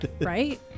Right